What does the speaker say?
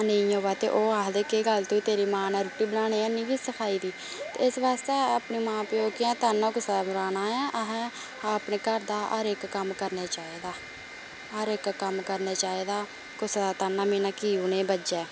नी अवै ते ओह् आखदे केह् गल्ल तुगी तेरी मां ने रुट्टी बनाने नी के सिखाई दी ते इस बास्तै अपने मां प्यो गी ताह्न्ना नी कुसे दा मराना ऐ इस करियै असेंगी अपने घर दा हर इक कम्म करना चाहिदा हर इक कम्म करना चाहिदा कुसै दा ताह्न्ना मीह्ना की उंहेगी बज्जै